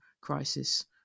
crisis